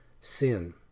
Sin